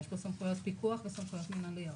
יש פה סמכויות פיקוח וסמכויות מנהליות